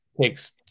takes